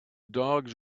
dogs